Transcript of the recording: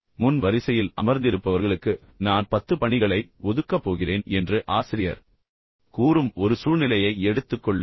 உதாரணமாக முன் வரிசையில் அமர்ந்திருப்பவர்களுக்கு நான் பத்து பணிகளை ஒதுக்கப் போகிறேன் என்று ஆசிரியர் கூறும் ஒரு சூழ்நிலையை எடுத்துக் கொள்ளுங்கள்